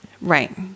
right